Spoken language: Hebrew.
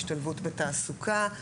השתלבות בתעסוקה,